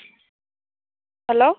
hello